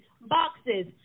boxes